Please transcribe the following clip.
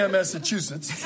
Massachusetts